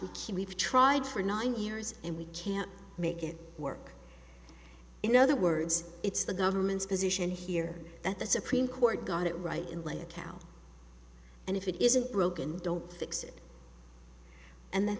to keep we've tried for nine years and we can't make it work in other words it's the government's position here that the supreme court got it right in lay a cow and if it isn't broken don't fix it and then